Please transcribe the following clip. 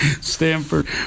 Stanford